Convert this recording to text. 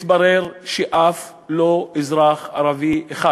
מתברר שאף אזרח ערבי אחד